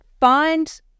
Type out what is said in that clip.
Find